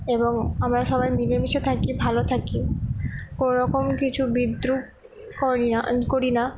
এবং আমরা সবাই মিলেমিশে থাকি ভালো থাকি কোনো রকম কিছু বিদ্রূপ করি না করি না